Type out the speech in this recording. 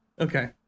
Okay